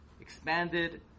expanded